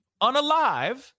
unalive